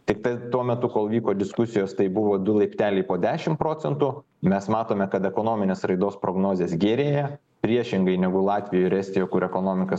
tiktai tuo metu kol vyko diskusijos tai buvo du laipteliai po dešim procentų mes matome kad ekonominės raidos prognozės gerėja priešingai negu latvijoj ir estijoj kur ekonomika